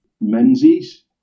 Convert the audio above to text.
Menzies